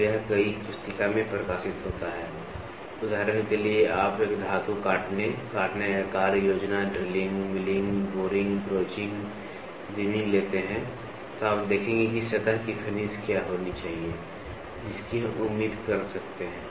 तो यह कई पुस्तिका में प्रकाशित होता है उदाहरण के लिए आप एक धातु काटने काटने का कार्य योजना drilling milling boring broaching reaming लेते हैं आप देखेंगे कि सतह की फिनिश क्या होनी चाहिए जिसकी हम उम्मीद कर सकते हैं